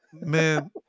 Man